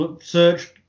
search